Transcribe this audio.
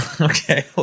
okay